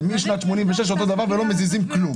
זה משנת 1986 אותו דבר ולא מזיזים כלום.